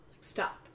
Stop